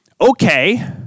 Okay